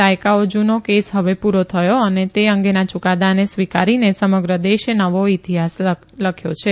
દાયકાઓ જૂનો કેસ હવે પૂરો થયો અને તે અંગેના યૂકાદાને સ્વીકારીને સમગ્ર દેશે નવો ઇતિહાસ લખ્યો છે